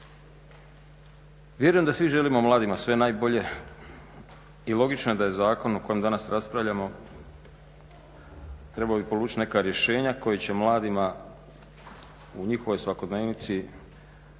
Vjerujem da svi želimo mladima sve najbolje i logično je da je zakon o kojem danas raspravljamo trebao bi polučiti neka rješenja koja će mladima u njihovoj svakodnevici